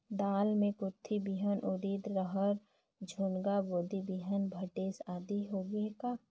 दाल मे कुरथी बिहान, उरीद, रहर, झुनगा, बोदी बिहान भटेस आदि होगे का?